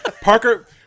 Parker